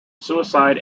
suicide